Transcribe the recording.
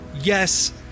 yes